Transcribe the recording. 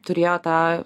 turėjo tą